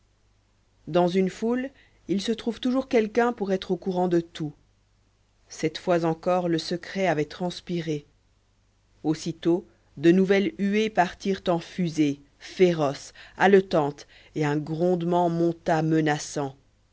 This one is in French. dans une foule il se trouve toujours quelqu'un pour être au courant de tout cette fois encore le secret avait transpiré aussitôt de nouvelles huées partirent en fusée féroces haletantes et un grondement monta menaçant